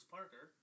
Parker